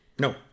No